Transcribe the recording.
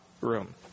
room